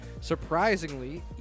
surprisingly